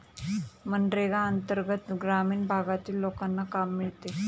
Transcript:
मनरेगा अंतर्गत ग्रामीण भागातील लोकांना काम मिळते